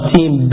Team